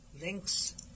links